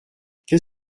qu’est